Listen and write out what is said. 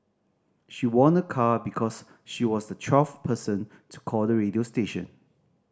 she won a car because she was the twelfth person to call the radio station